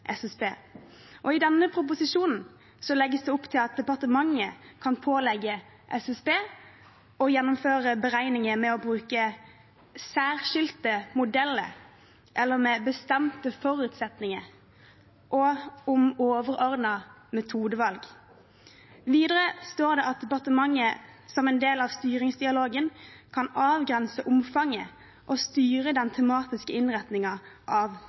SSB. I denne proposisjonen legges det opp til at departementet kan pålegge SSB å gjennomføre «beregninger på særskilte modeller eller med bestemte forutsetninger, og om overordnede metodevalg». Videre står det at departementet som en del av styringsdialogen kan «avgrense omfanget og styre den tematiske innretningen av